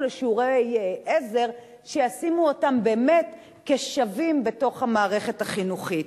לשיעורי עזר שישימו אותם כשווים בתוך המערכת החינוכית.